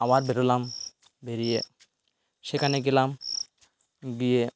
আবার বেরোলাম বেরিয়ে সেখানে গেলাম গিয়ে